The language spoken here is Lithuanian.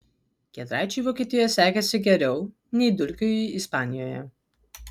giedraičiui vokietijoje sekėsi geriau nei dulkiui ispanijoje